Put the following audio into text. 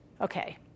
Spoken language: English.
Okay